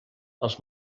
els